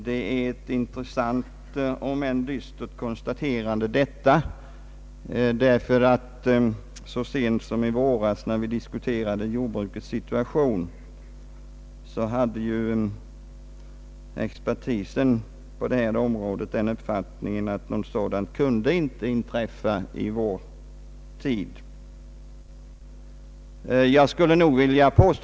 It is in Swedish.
Detta är ett intressant om än dystert konstaterande, för så sent som i våras, när vi diskuterade jordbrukets situation, hade ju expertisen på regeringssidan den uppfattningen att något sådant inte kunde inträffa i vår tid.